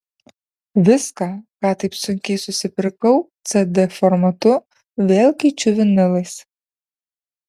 viską ką taip sunkiai susipirkau cd formatu vėl keičiu vinilais